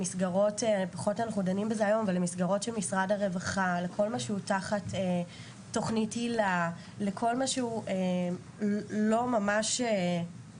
למסגרות של משרד הרווחה וכל מה שהוא תחת תכנית היל"ה וכל מה שלא נכלל